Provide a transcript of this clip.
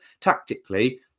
tactically